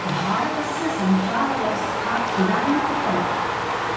भारतस्य सञ्चारव्यवस्था इदानीम् उत्तमा